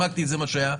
פרקטית מה שהיה.